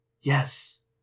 Yes